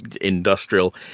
industrial